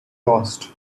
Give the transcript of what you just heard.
lost